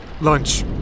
lunch